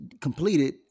completed